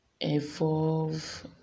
evolve